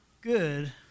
good